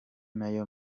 nayo